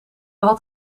had